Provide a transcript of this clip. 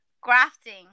Grafting